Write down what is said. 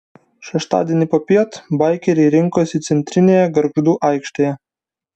šeštadienį popiet baikeriai rinkosi centrinėje gargždų aikštėje